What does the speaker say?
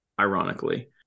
Ironically